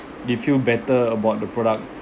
they feel better about the product